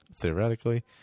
theoretically